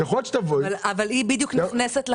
היא נכנסת לחריגים.